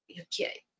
okay